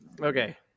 Okay